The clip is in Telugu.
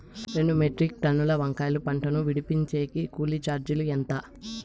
రెండు మెట్రిక్ టన్నుల వంకాయల పంట ను విడిపించేకి కూలీ చార్జీలు ఎంత?